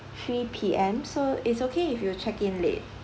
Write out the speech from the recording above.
three P_M so it's okay if you check in late